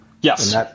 yes